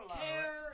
care